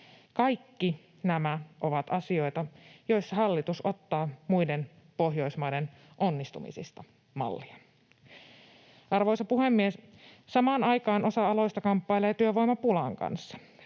Kaikki nämä ovat asioita, joissa hallitus ottaa muiden Pohjoismaiden onnistumisista mallia. Arvoisa puhemies! Samaan aikaan osa aloista kamppailee työvoimapulan kanssa.